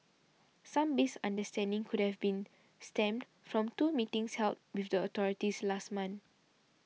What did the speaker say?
some misunderstanding could have been stemmed from two meetings held with the authorities last month